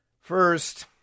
first